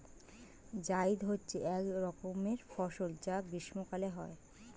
জায়িদ হচ্ছে এক রকমের ফসল যা গ্রীষ্মকালে হয়